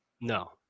No